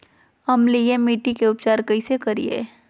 अम्लीय मिट्टी के उपचार कैसे करियाय?